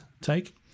take